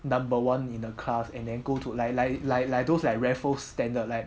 number one in the class and then go to like like like like those like raffles standard like